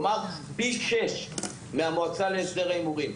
כלומר, פי שש מהמועצה להסדר הימורים.